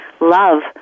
love